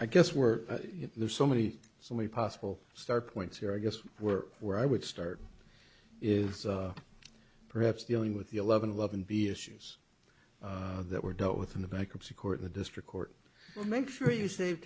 i guess we're there's so many so many possible start points here i guess we're where i would start is perhaps dealing with the eleven eleven b issues that were dealt with in the bankruptcy court in the district court make sure you save